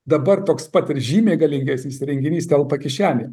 dabar toks pat ir žymiai galingesnis įrenginys telpa kišenėn